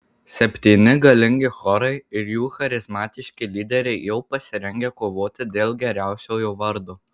septyni galingi chorai ir jų charizmatiški lyderiai jau pasirengę kovoti dėl geriausiojo vardo